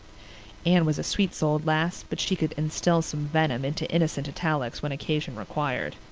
anne was a sweet-souled lass, but she could instill some venom into innocent italics when occasion required.